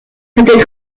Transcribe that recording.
peut